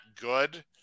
good